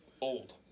old